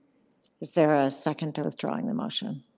is there a second to withdrawing the motion?